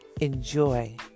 Enjoy